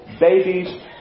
babies